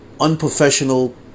unprofessional